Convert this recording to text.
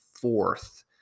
fourth